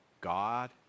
God